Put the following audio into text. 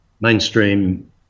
mainstream